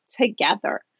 together